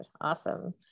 Awesome